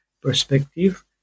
perspective